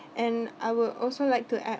and I would also like to add